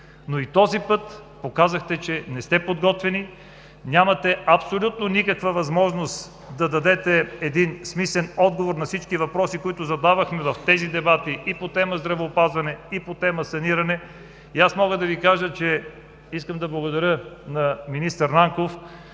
но и този път показахте, че не сте подготвени. Нямате абсолютно никаква възможност да дадете един смислен отговор на всички въпроси, които задавахме в тези дебати и по тема „Здравеопазване“, и по тема „Саниране“. Искам да благодаря на министър Нанков